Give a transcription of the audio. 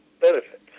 benefit